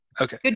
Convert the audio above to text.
Okay